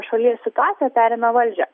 šalies situacija perėmė valdžią